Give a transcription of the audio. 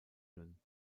mühlen